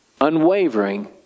unwavering